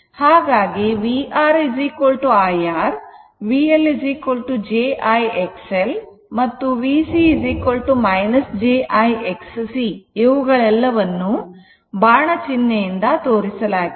ಹಾಗಾಗಿ vR I R VL j I XL ಮತ್ತು VC j I Xc ಇವೆಲ್ಲವುಗಳನ್ನು ಬಾಣ ಚಿಹ್ನೆಯಿಂದ ತೋರಿಸಲಾಗಿದೆ